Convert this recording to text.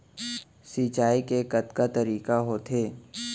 सिंचाई के कतका तरीक़ा होथे?